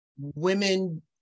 women